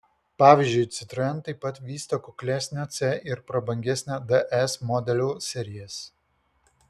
pavyzdžiui citroen taip pat vysto kuklesnę c ir prabangesnę ds modelių serijas